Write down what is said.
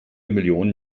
millionen